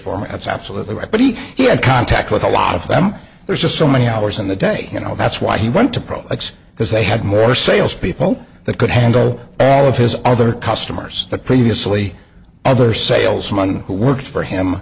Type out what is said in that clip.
for me that's absolutely right but he he had contact with a lot of them there's just so many hours in the day you know that's why he went to products because they had more sales people that could handle all of his other customers that previously ever salesman who worked for him